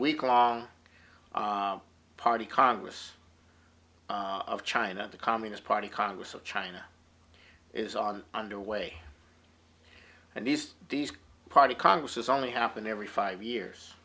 week long party congress of china the communist party congress of china is on under way and these days party congress is only happen every five years